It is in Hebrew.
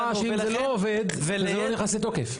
אז תיתנו הוראה שאם זה לא עובד, זה לא נכנס לתוקף.